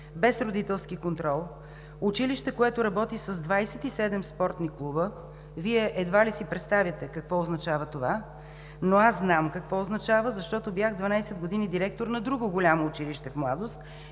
без родителски контрол, училище, което работи с 27 спортни клуба – Вие едва ли си представяте какво означава това?! Аз знам какво означава, защото бях 12 години директор на друго голямо училище в „Младост“,